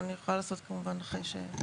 אני אשמח לעשות את זה אחרי הדברים של חברי הכנסת.